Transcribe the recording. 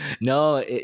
no